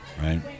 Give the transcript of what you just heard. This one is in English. Right